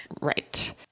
Right